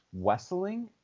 Wesseling